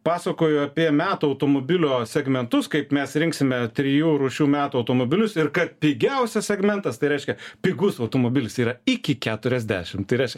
pasakoju apie metų automobilio segmentus kaip mes rinksime trijų rūšių metų automobilius ir kad pigiausias segmentas tai reiškia pigus automobilis yra iki keturiasdešim tai reiškia